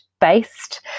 based